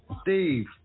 Steve